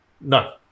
No